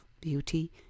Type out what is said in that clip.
beauty